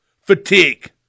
Fatigue